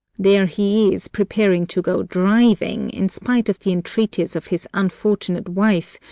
there he is, preparing to go driving in spite of the entreaties of his unfortunate wife,